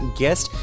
guest